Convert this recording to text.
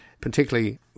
particularly